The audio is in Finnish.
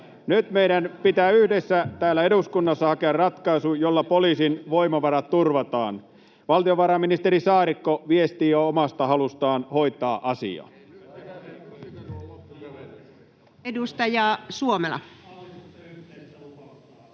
Nyt meidän pitää yhdessä täällä eduskunnassa hakea ratkaisu, jolla poliisin voimavarat turvataan. Valtionvarainministeri Saarikko viesti jo omasta halustaan hoitaa asiaa. [Speech